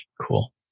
cool